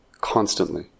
constantly